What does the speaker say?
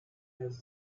has